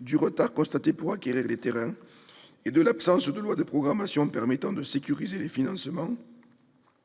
du retard constaté pour acquérir les terrains et de l'absence de loi de programmation permettant de sécuriser les financements,